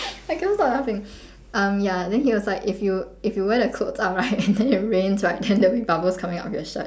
I cannot stop laughing um ya then he was like if you if you wear that clothes out right then it rains right then there'll be bubbles coming out of your shirt